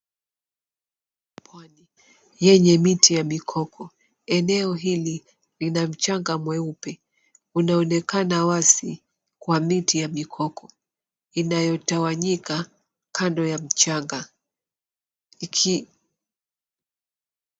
Pwani yenye miti ya mikoko, eneo hili lina mchanga mweupe. Unaonekana wazi kwa miti ya mikoko. Inayotawanyika kando ya mchanga.